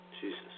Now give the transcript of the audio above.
Jesus